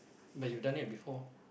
but you done it before